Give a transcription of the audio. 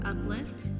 Uplift